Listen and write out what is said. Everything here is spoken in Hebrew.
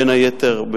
בין היתר,